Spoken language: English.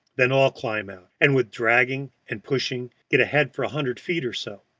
then all climb out, and with dragging and pushing get ahead for a hundred feet or so.